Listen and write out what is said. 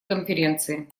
конференции